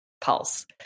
pulse